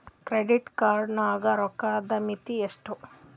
Credit card ಗ ರೋಕ್ಕದ್ ಮಿತಿ ಎಷ್ಟ್ರಿ?